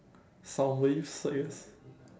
soundwaves I guess